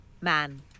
Man